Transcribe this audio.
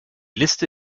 liste